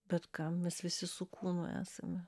bet kam mes visi su kūnu esame